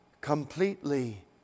completely